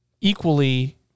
equally